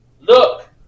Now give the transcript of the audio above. Look